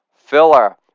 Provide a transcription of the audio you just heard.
filler